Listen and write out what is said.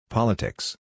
Politics